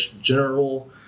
general